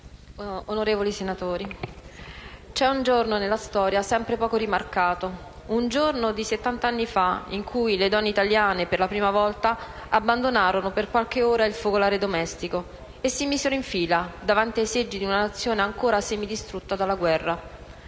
onorevoli senatori, c'è un giorno della storia sempre poco rimarcato: un giorno di settant'anni fa, in cui le donne italiane per la prima volta abbandonarono per qualche ora il focolare domestico e si misero in fila davanti ai seggi in una Nazione ancora semidistrutta dalla guerra.